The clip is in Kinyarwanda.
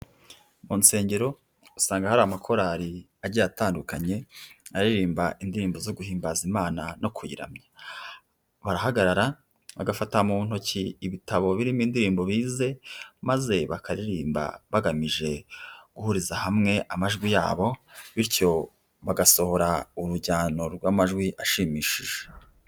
Mu nsengero usanga hari amakorari agiye atandukanye aririmba indirimbo zo guhimbaza Imana no kuyiramya. Barahagarara bagafata mu ntoki ibitabo birimo indirimbo bize maze bakaririmba bagamije guhuriza hamwe amajwi yabo, bityo bagasohora urujyano rw'amajwi ashimishije.